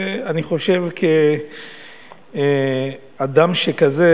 אני חושב שאדם שכזה,